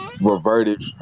reverted